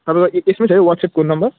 तपाईँको य यसमै छ नि व्हाट्सेपको नम्बर